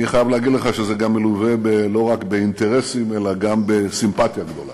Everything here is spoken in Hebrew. אני חייב להגיד לך שזה מלווה לא רק באינטרסים אלא גם בסימפתיה גדולה.